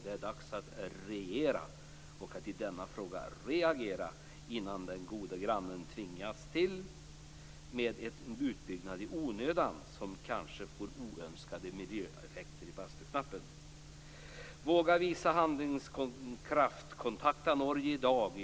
Det är dags att regera och att i denna fråga reagera innan den goda grannen tvingas ställa till med en utbyggnad i onödan som kanske får oönskade miljöeffekter i Bastuknappen. Våga visa handlingskraft! Kontakta Norge i dag!